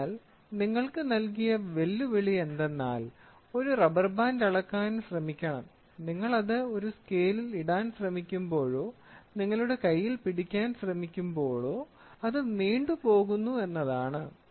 അതിനാൽ നിങ്ങൾക്ക് നൽകിയ വെല്ലുവിളി എന്തെന്നാൽ ഒരു റബ്ബർ ബാൻഡ് അളക്കാൻ ശ്രമിക്കണം നിങ്ങൾ അത് ഒരു സ്കെയിലിൽ ഇടാൻ ശ്രമിക്കുമ്പോഴോ നിങ്ങളുടെ കൈയിൽ പിടിക്കാൻ ശ്രമിക്കുമ്പോഴോ അത് നീണ്ട് പോകുന്നു എന്നതാണ്